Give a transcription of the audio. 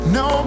no